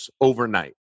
overnight